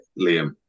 Liam